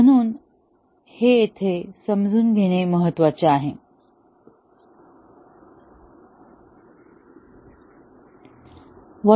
म्हणून हे येथे हे समजून घेणे महत्वाचे आहे